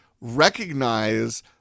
recognize